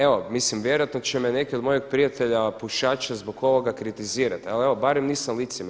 Evo mislim vjerojatno će me neki od mojih prijatelja pušača zbog ovoga kritizirati, ali evo barem nisam licemjer.